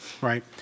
right